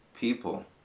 people